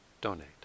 donate